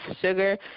sugar